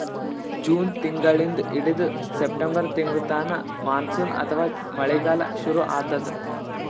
June ತಿಂಗಳಿಂದ್ ಹಿಡದು September ತಿಂಗಳ್ತನಾ ಮಾನ್ಸೂನ್ ಅಥವಾ ಮಳಿಗಾಲ್ ಶುರು ಆತದ್